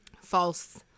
false